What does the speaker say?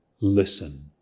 listen